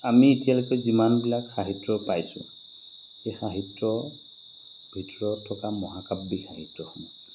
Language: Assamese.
আমি এতিয়ালৈকে যিমানবিলাক সাহিত্য পাইছোঁ সেই সাহিত্য ভিতৰত থকা মহাকাব্যিক সাহিত্যসমূহ